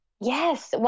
Yes